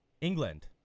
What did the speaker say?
England